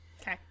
Okay